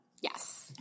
yes